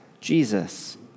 Jesus